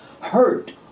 hurt